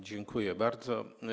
Dziękuję bardzo.